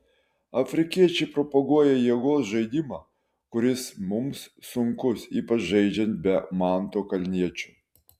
afrikiečiai propaguoja jėgos žaidimą kuris mums sunkus ypač žaidžiant be manto kalniečio